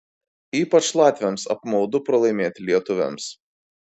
ypač latviams apmaudu pralaimėti lietuviams